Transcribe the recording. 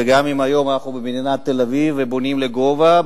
וגם אם היום אנחנו במדינת תל-אביב ובונים לגובה,